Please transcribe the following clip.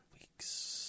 Weeks